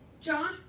John